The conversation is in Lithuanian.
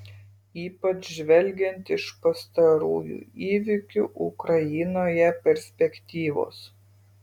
ypač žvelgiant iš pastarųjų įvykių ukrainoje perspektyvos